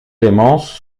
clémence